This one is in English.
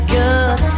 good